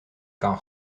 kan